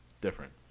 Different